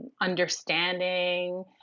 understanding